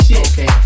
Okay